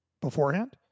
beforehand